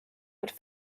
would